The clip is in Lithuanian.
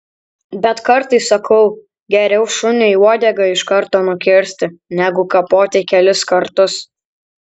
bet kartais sakau geriau šuniui uodegą iš karto nukirsti negu kapoti kelis kartus